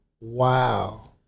Wow